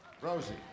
Rosie